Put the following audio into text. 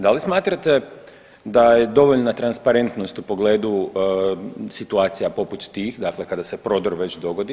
Da li smatrate da je dovoljna transparentnost u pogledu situacija poput tih, dakle kada se prodor već dogodi?